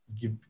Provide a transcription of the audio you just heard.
give